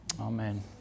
Amen